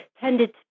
tended